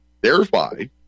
thereby